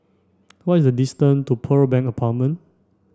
what is the distance to Pearl Bank Apartment